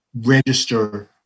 register